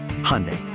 Hyundai